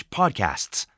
podcasts